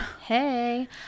Hey